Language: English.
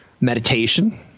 meditation